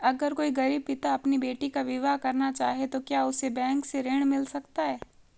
अगर कोई गरीब पिता अपनी बेटी का विवाह करना चाहे तो क्या उसे बैंक से ऋण मिल सकता है?